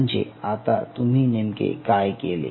म्हणजे आता तुम्ही नेमके काय केले